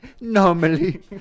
Normally